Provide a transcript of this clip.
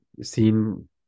seen –